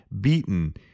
beaten